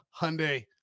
Hyundai